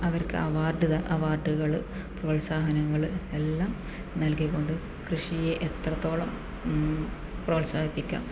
അവർക്ക് അവാർഡ് അവാർഡുകള് പ്രോത്സാഹനങ്ങള് എല്ലാം നൽകിക്കൊണ്ട് കൃഷിയെ എത്രത്തോളം പ്രോത്സാഹിപ്പിക്കാം